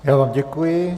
Já vám děkuji.